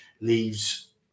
leaves